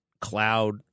cloud